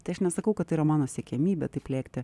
tai aš nesakau kad tai yra mano siekiamybė taip lėkti